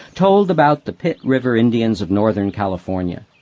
told about the pit river indians of northern california.